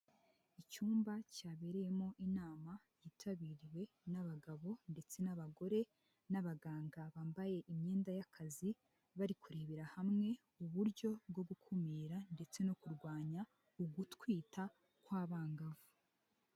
Icyumba cyabereyemo inama yitabiriwe n'abagabo ndetse n'abagore n'abaganga, bambaye imyenda y'akazi, bari kurebera hamwe uburyo bwo gukumira ndetse no kurwanya ugutwita kwa abangavu.